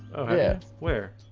oh, yeah. we're